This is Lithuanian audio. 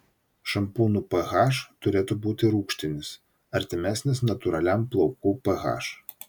šampūnų ph turėtų būti rūgštinis artimesnis natūraliam plaukų ph